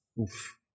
Oof